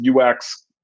UX